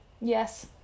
Yes